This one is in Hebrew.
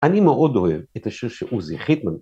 ‫אני מאוד אוהב את השיר ‫שעוזי חיטמן